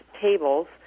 tables